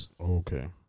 Okay